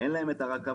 שלהם אין גם את הרכבות.